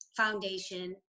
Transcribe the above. foundation